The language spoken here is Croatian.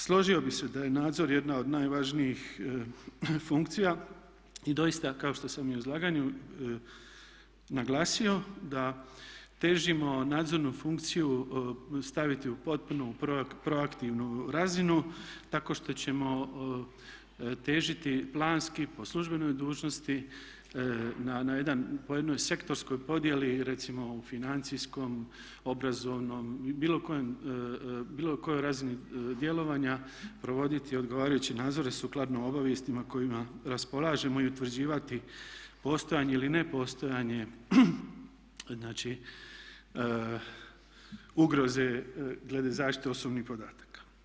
Složio bi se da je nadzor jedna od najvažnijih funkcija i doista kao što sam i u izlaganju naglasio da težimo nadzornu funkciju staviti u potpuno u proaktivnu razinu tako što ćemo težiti planski po službenoj dužnosti na jedan, po jednoj sektorskoj podjeli recimo u financijskom, obrazovnom, bilo kojoj razini djelovanja provoditi odgovarajući nadzor i sukladno obavijestima kojima raspolažemo i utvrđivati postojanje ili nepostojanje ugroze glede zaštite osobnih podataka.